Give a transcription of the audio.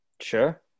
Sure